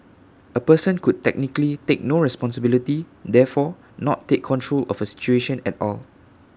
A person could technically take no responsibility therefore not take control of A situation at all